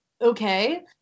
okay